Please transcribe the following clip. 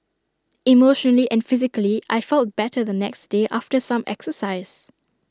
emotionally and physically I felt better the next day after some exercise